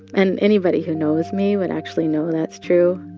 and anybody who knows me would actually know that's true.